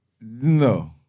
No